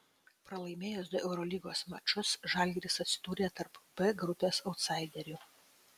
pralaimėjęs du eurolygos mačus žalgiris atsidūrė tarp b grupės autsaiderių